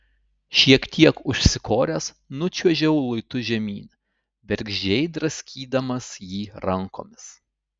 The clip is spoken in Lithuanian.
šiek tiek užsikoręs nučiuožiau luitu žemyn bergždžiai draskydamas jį rankomis